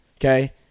Okay